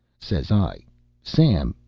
says i sam,